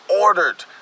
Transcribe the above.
ordered